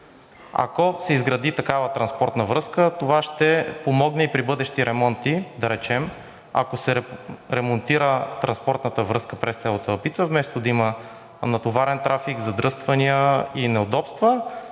Ако се изгради такава транспортна връзка, това ще помогне и при бъдещи ремонти, да речем, ако се ремонтира транспортната връзка през село Цалапица, вместо да има натоварен трафик, задръствания и неудобства